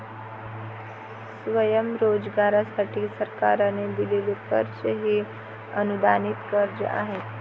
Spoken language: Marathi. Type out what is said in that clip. स्वयंरोजगारासाठी सरकारने दिलेले कर्ज हे अनुदानित कर्ज आहे